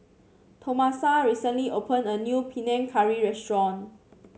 Tomasa recently opened a new Panang Curry restaurant